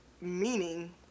meaning